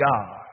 God